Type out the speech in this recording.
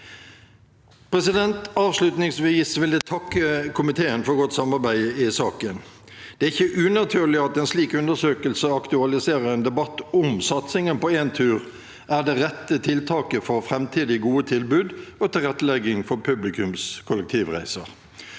tilbudet. Avslutningsvis vil jeg takke komiteen for godt samarbeid i saken. Det er ikke unaturlig at en slik undersøkelse aktualiserer en debatt om hvorvidt satsingen på Entur er det rette tiltaket for framtidige gode tilbud og tilrettelegging for publikums kollektivreiser.